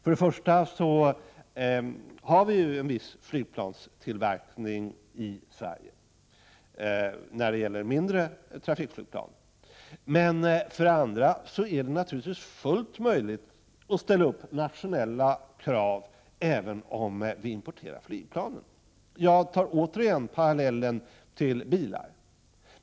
För det första tillverkar vi vissa mindre trafikflygplan i Sverige. För det andra är det naturligtvis fullt möjligt att ställa nationella krav, även om vi importerar flygplanen. Jag gör åter en parallell till de krav som vi ställer på bilar.